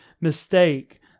mistake